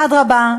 אדרבה,